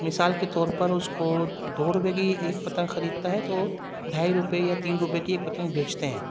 مثال کے طور پر اس کو دو روپئے کی ایک پتنگ خریدتا ہے تو ڈھائی روپئے یا تین روپئے کی ایک پتنگ بیچتے ہیں